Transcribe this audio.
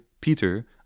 Peter